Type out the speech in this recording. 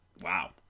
Wow